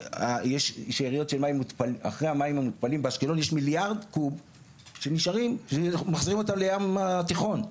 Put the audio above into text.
אחרי המים המותפלים באשקלון יש מיליארד קוב שמחזירים אותם לים התיכון,